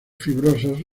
fibrosos